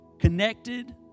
connected